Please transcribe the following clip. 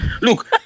Look